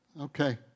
Okay